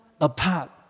apart